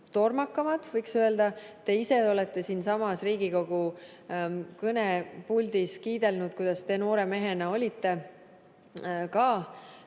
tormakamad, võiks öelda. Te ise olete siinsamas Riigikogu kõnepuldis kiidelnud, kuidas te noore mehena olite ka